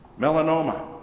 melanoma